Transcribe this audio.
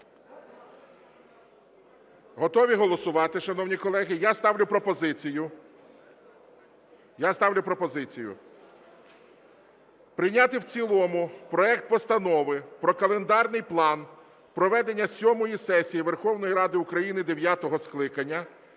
Готові голосувати, шановні колеги? Я ставлю пропозицію прийняти в цілому проект Постанови про календарний план проведення сьомої сесії Верховної Ради України дев'ятого скликання